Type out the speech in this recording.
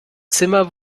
zimmer